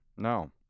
no